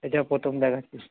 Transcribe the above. এটা প্রথম দেখাচ্ছি